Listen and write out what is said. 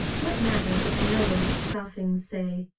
what matter that the knowers scoffing say,